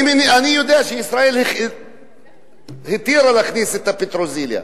אני יודע שישראל התירה להכניס את הפטרוזיליה,